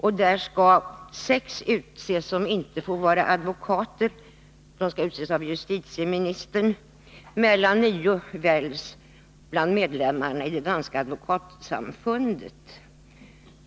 Av dessa utses 6, som inte får vara advokater, av justitieministern, medan 9 väljs bland medlemmarna i det danska advokatsamfundet.